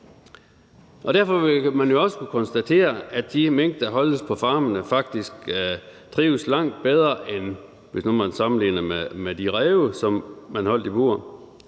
Derfor vil man jo også kunne konstatere, at de mink, der holdes på farmene, faktisk trives langt bedre, end hvis nu man sammenligner med de ræve, som man holdt i bur.